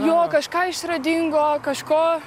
jo kažką išradingo kažko